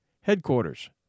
headquarters